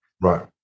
Right